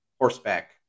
horseback